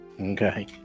Okay